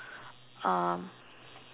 um